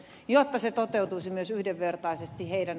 jotta se toteutuisi myös yhdenvertaisesti heidän